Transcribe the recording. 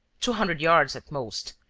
two hundred yards at most,